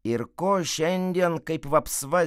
ir ko šiandien kaip vapsva